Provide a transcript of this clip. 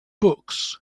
books